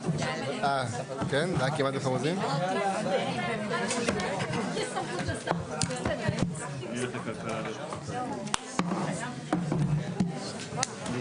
21:54.